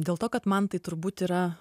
dėl to kad man tai turbūt yra